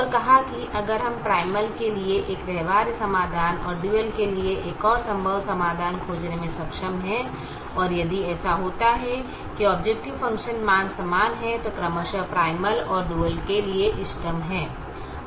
और कहा कि अगर हम प्राइमल के लिए एक व्यवहार्य समाधान और डुअल के लिए एक और संभव समाधान खोजने में सक्षम हैं और यदि ऐसा होता है कि ऑबजेकटिव फ़ंक्शन मान समान हैं तो वे क्रमशः प्राइमल और डुअल के लिए इष्टतम हैं